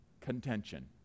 contention